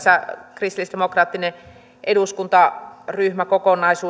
kristillisdemokraattinen eduskuntaryhmä kokonaisuudessaan